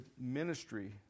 ministry